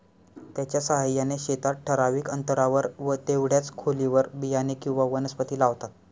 त्याच्या साहाय्याने शेतात ठराविक अंतरावर व तेवढ्याच खोलीवर बियाणे किंवा वनस्पती लावतात